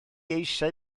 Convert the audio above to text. eisiau